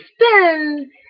spin